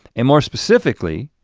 and more specifically,